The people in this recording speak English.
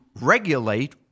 regulate